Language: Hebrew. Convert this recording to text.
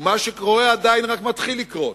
ומה שקורה עדיין רק מתחיל לקרות,